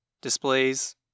Displays